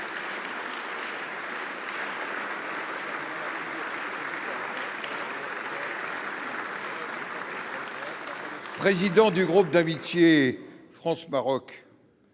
président du groupe d’amitié France Maroc